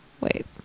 Wait